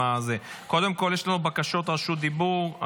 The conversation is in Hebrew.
קודם כול יש לנו בקשות רשות דיבור,